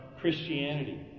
Christianity